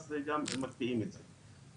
אז גם מקפיאים את זה.